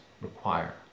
require